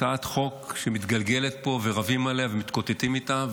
הצעת חוק שמתגלגלת פה ורבים עליה ומתקוטטים איתה,